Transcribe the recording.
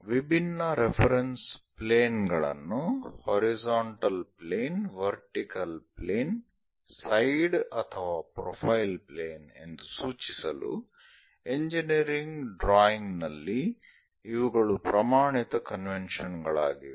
ವಿಭಿನ್ನ reference plane ಗಳನ್ನು horizontal plane vertical plane side ಅಥವಾ ಪ್ರೊಫೈಲ್ ಪ್ಲೇನ್ ಎಂದು ಸೂಚಿಸಲು ಇಂಜಿನಿಯರಿಂಗ್ ಡ್ರಾಯಿಂಗ್ ನಲ್ಲಿ ಇವುಗಳು ಪ್ರಮಾಣಿತ ಕನ್ವೆಂಷನ್ ಗಳಾಗಿವೆ